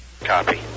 Copy